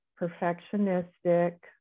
perfectionistic